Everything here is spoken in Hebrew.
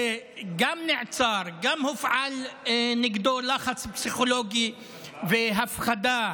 שגם נעצר, גם הופעלו נגדו לחץ פסיכולוגי והפחדה,